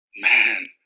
Man